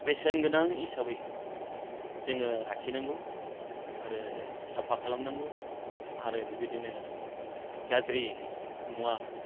बेसेनगोनां हिसाबै जोङो लाखिनांगौ आरो साफा खालामनांगौ आरो बिबायदिनो गाज्रि मुवा